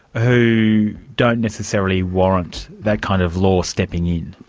who don't necessarily warrant that kind of law stepping in?